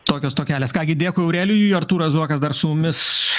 tokios tokelės ką gi dėkui aurelijui artūras zuokas dar su mumis